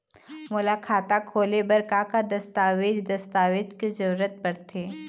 मोला खाता खोले बर का का दस्तावेज दस्तावेज के जरूरत पढ़ते?